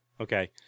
Okay